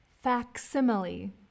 Facsimile